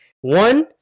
One